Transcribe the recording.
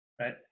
Right